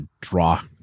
draw